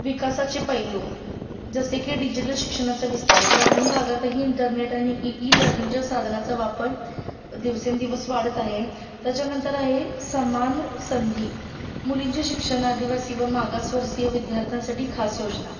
विकासाचे पैलू जसे की डिजिटल शिक्षणाचा विस्तार ग्रामीण भागातही इंटरनेट आणि ई लर्निंगच्या साधनांचा वापर दिवसेंदिवस वाढत आहे त्याच्यानंतर आहे समान संधी मुलींचे शिक्षण आदिवासी व मागसवर्गीय विद्यार्थ्यांसाठी खास योजना